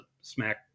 smack